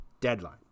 deadline